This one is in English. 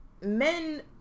men